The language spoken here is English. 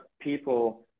people